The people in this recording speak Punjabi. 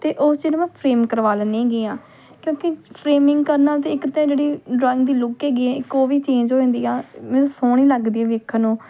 ਅਤੇ ਉਸ ਚੀਜ਼ ਨੂੰ ਮੈਂ ਫਰੇਮ ਕਰਵਾ ਲੈਂਦੀ ਹੈਗੀ ਹਾਂ ਕਿਉਂਕਿ ਫਰੇਮਿੰਗ ਕਰਨ ਨਾਲ ਤਾਂ ਇੱਕ ਤਾਂ ਜਿਹੜੀ ਡਰਾਇੰਗ ਦੀ ਲੁੱਕ ਹੈਗੀ ਹੈ ਇੱਕ ਉਹ ਵੀ ਚੇਂਜ ਹੋ ਜਾਂਦੀ ਆ ਮ ਸੋਹਣੀ ਲੱਗਦੀ ਆ ਵੇਖਣ ਨੂੰ